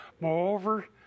Moreover